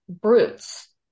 brutes